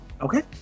Okay